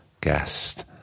guest